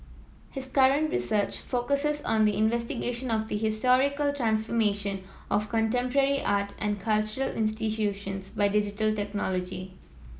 his current research focuses on the investigation of the historical transformation of contemporary art and cultural institutions by digital technology